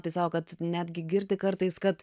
tai sako kad netgi girdi kartais kad